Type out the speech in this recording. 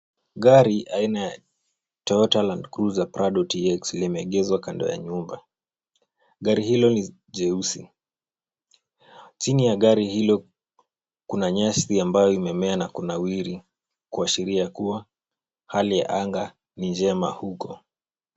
Gari aina ya Toyota Landcruiser Prado TX limeegeshwa kando ya nyumba. Gari hilo ni jeusi. Chini ya gari hilo kuna nyasi ambayo imemea na kunawiri kuashiria kuwa hali ya anga ni njema huko.